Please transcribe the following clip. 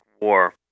war